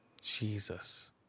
Jesus